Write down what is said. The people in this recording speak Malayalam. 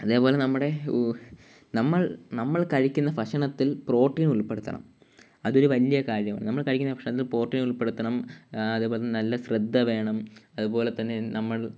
അതേപോലെ നമ്മുടെ നമ്മൾ നമ്മൾ കഴിക്കുന്ന ഭക്ഷണത്തിൽ പ്രോട്ടീൻ ഉൾപ്പെടുത്തണം അതൊരു വലിയ കാര്യമാണ് നമ്മള് കഴിക്കുന്ന ഭക്ഷണത്തിൽ പ്രോട്ടീൻ ഉൾപ്പെടുത്തണം അതേപോലെ നല്ല ശ്രദ്ധ വേണം അതുപോലെത്തന്നെ നമ്മൾ